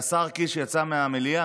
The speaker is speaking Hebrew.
השר קיש יצא מהמליאה,